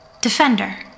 Defender